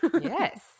yes